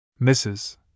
Mrs